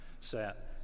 sat